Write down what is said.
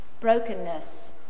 brokenness